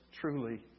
truly